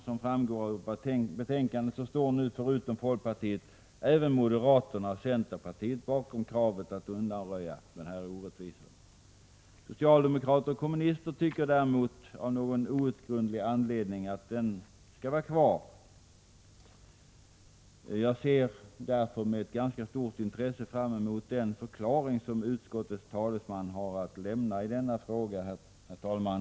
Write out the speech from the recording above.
Som framgår av betänkandet står nu förutom folkpartiet även moderaterna och centerpartiet bakom kravet på att den här orättvisan skall undanröjas. Socialdemokrater och kommunister tycker däremot av någon outgrundlig anledning att den skall vara kvar. Jag ser därför med ganska stort intresse fram emot den förklaring som utskottets talesman har att lämna i denna fråga. Herr talman!